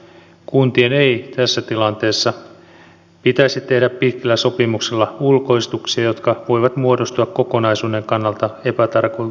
kuntien ei tässä tilanteessa pitäisi tehdä pitkillä sopimuksilla ulkoistuksia jotka voivat muodostua kokonaisuuden kannalta epätarkoituksenmukaisiksi